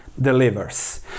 delivers